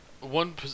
one